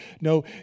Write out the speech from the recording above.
No